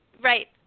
Right